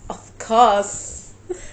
of course